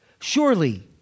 Surely